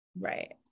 Right